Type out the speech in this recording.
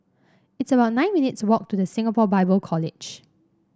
it's about nine minutes' walk to The Singapore Bible College